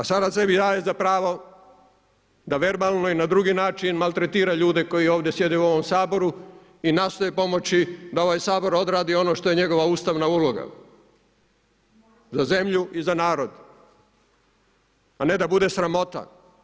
A sada sebi daje za pravo da verbalno i na drugi način maltretira ljude koji ovdje sjede u ovom Saboru i nastoje pomoći da ovaj Sabor odradi ono što je njegova ustavna uloga za zemlju i za narod, a ne da bude sramota.